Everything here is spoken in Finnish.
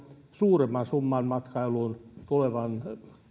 suuremman summan matkailuun tulevaan